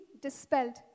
dispelled